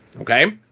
okay